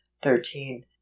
thirteen